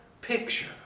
picture